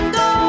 go